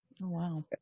Wow